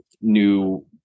new